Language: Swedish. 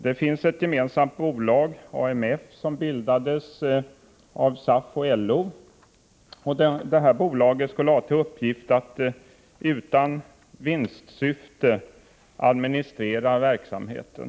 Det finns ett gemensamt bolag, AMF, som bildades av SAF och LO, och det bolaget har till uppgift att utan vinstsyfte administrera verksamheten.